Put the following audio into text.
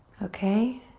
okay.